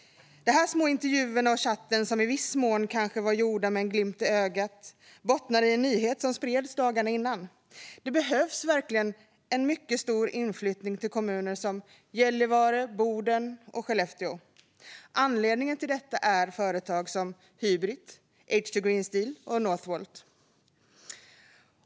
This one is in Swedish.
De små intervjuerna och chatten, som säkert i viss mån var gjorda med en glimt i ögat, bottnade i en nyhet som spreds dagarna innan om att det behövs en mycket stor inflyttning till kommuner som Gällivare, Boden och Skellefteå. Anledningen till detta är företag som Hybrit, H2 Green Steel och Northvolt.